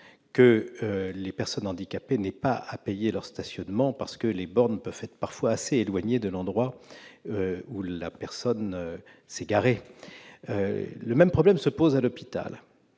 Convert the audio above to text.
que les personnes handicapées n'aient pas à payer leur stationnement, les bornes pouvant être parfois assez éloignées de l'endroit où la personne a garé son véhicule. Le même problème se pose à l'hôpital,